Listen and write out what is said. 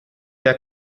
der